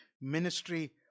ministry